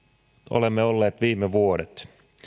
olemme olleet viime vuodet